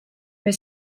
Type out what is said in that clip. for